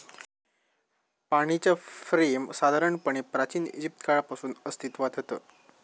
पाणीच्या फ्रेम साधारणपणे प्राचिन इजिप्त काळापासून अस्तित्त्वात हत